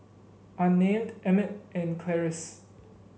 Unnamed Emmitt and Clarice